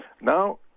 Now